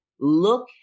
Look